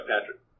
Patrick